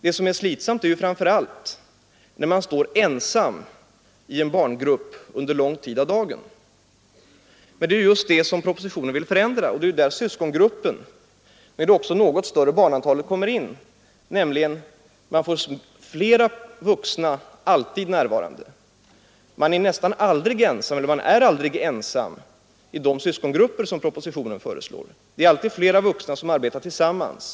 Det som är slitsamt är ju bl.a. att stå ensam i en barngrupp under lång tid av dagen. Men det är just detta propositionen vill förändra, och det är där syskongruppen med det något större barnantalet kommer in. Det blir alltid flera vuxna närvarande — man är inte ensam i de syskongrupper som föreslås i propositionen. Flera vuxna tar således ansvaret samtidigt.